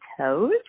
toes